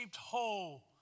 hole